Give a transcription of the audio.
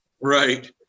Right